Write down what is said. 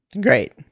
Great